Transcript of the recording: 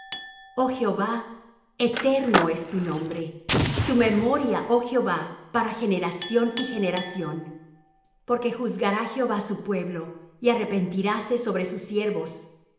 oh jehová eterno es tu nombre tu memoria oh jehová para generación y generación porque juzgará jehová su pueblo y arrepentiráse sobre sus siervos